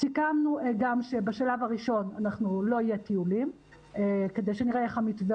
סיכמנו גם שבשלב הראשון לא יהיו טיולים כדי שנראה איך המתווה